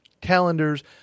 calendars